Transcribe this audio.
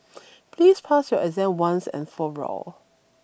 please pass your exam once and for all